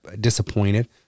disappointed